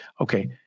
Okay